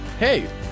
Hey